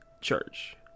church